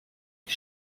ich